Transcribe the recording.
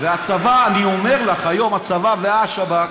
והצבא, אני אומר לך, היום הצבא והשב"כ,